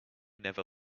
never